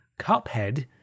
Cuphead